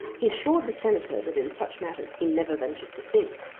he assured the senator that in such matters he never ventured to think.